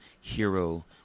hero